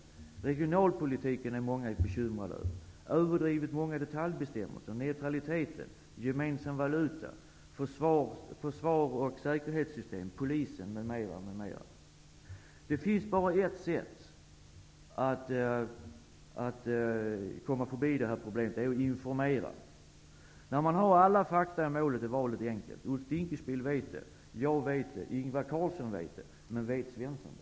Många är bekymrade för regionalpolitiken, överdrivet många detaljbestämmelser, neutraliteten, gemensam valuta, försvar och säkerhetssystem, polisen osv. Det finns bara ett sätt att komma förbi detta problem, och det är att informera. När man har alla fakta i målet är valet enkelt. Ulf Dinkelspiel vet det. Jag vet det. Ingvar Carlsson vet det. Men vet Svensson det?